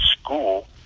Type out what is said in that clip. school